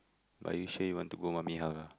but you sure you want to go mummy house ah